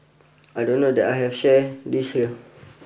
I don't know that I have share this here